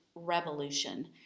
revolution